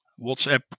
WhatsApp